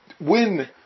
win